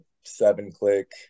seven-click